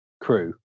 crew